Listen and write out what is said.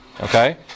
Okay